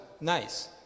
nice